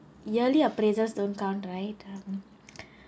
yearly appraisals don't count right um